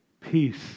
peace